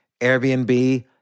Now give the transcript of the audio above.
Airbnb